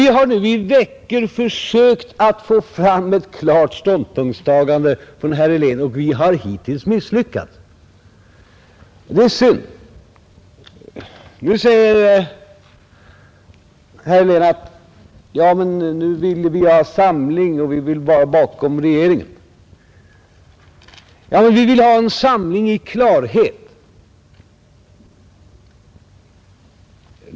Vi har nu i flera veckor försökt att få fram ett klart ståndpunktstagande från herr Helén, men vi har hittills misslyckats. Det är synd. Herr Helén säger: Nu vill vi ha samling och vi vill vara bakom regeringen. Ja, men vi vill ha en samling i klarhet!